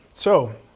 so